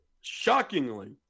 shockingly